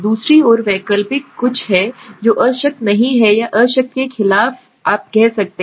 दूसरी ओर वैकल्पिक कुछ है जो अशक्त नहीं है या अशक्त के खिलाफ आप कह सकते हैं